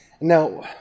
now